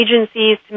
agencies